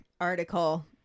article